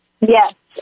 Yes